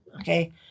okay